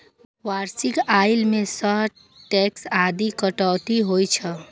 वार्षिक आय मे सं टैक्स आदिक कटौती होइ छै